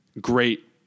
great